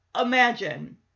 imagine